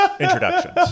Introductions